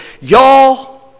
Y'all